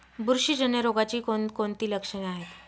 बुरशीजन्य रोगाची कोणकोणती लक्षणे आहेत?